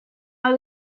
know